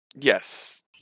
Yes